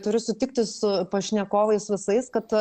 turiu sutikti su pašnekovais visais kad